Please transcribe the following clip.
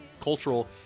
cultural